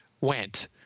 went